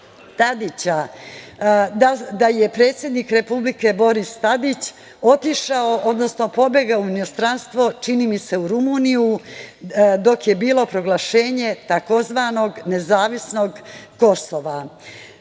Tadića, da je predsednik Republike Boris Tadić otišao, odnosno pobegao u inostranstvo, čini mi se u Rumuniju, dok je bilo proglašenje, takozvanog nezavisnog